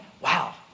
Wow